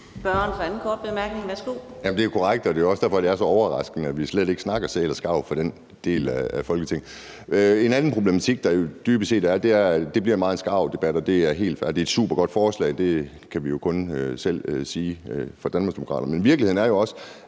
Det er jo korrekt, og det er også derfor, at det er så overraskende, at der slet ikke snakkes om sæler eller skarver i den del af Folketinget. En anden problematik er, at det meget bliver en skarvdebat, og det er helt fair. Det er et supergodt forslag. Det kan vi jo kun selv sige fra Danmarksdemokraternes side. Men virkeligheden er jo også,